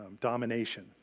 domination